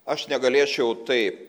aš negalėčiau taip